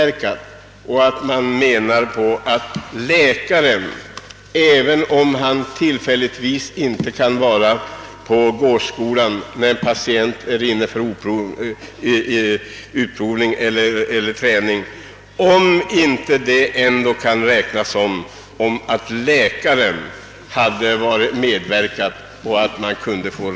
Skulle det inte kunna anses att läkares medverkan förekommit även om läkaren inte är på gåskolan när patienten besöker denna för utprovning av protes eller för träning, så att reseersättning kunde utgå?